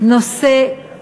אחד הנושאים